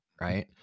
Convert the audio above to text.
right